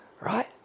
right